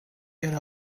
yer